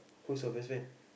who is your best friend